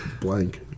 blank